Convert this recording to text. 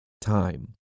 time